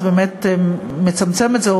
זה באמת מצמצם את זה,